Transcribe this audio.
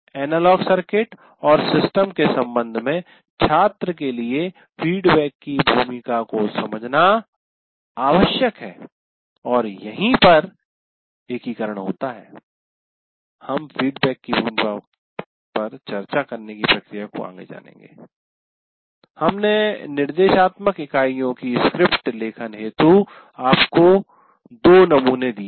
analogue circuit और system के संबंध में छात्र के लिए फीडबैक की भूमिका को समझना आवश्यक है और यहीं पर एकीकरण होता है हम फीडबैक की भूमिका पर चर्चा करने की प्रक्रिया जानेगे हमने निर्देशात्मक इकाइयों की स्क्रिप्ट लेखन हेतु आपको दो नमूने दिए हैं